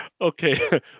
okay